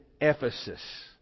Ephesus